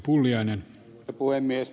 arvoisa puhemies